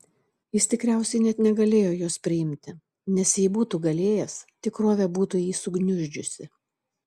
jis tikriausiai net negalėjo jos priimti nes jei būtų galėjęs tikrovė būtų jį sugniuždžiusi